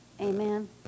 amen